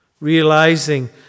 realizing